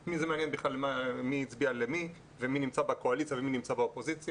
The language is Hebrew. את מי מעניין בכלל מי הצביע למי ומי נמצא בקואליציה ומי באופוזיציה.